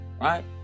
right